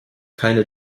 keine